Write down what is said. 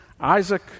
Isaac